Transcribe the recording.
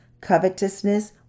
covetousness